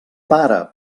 pare